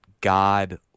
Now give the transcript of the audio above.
God